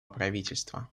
правительства